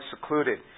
secluded